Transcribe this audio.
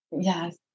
Yes